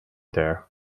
there